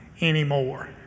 anymore